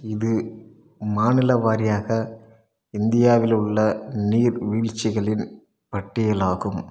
இது மாநில வாரியாக இந்தியாவில் உள்ள நீர்வீழ்ச்சிகளின் பட்டியல் ஆகும்